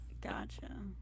gotcha